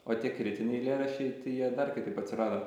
o tie kritiniai eilėraščiai tie jie dar kitaip atsirado